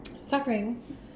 suffering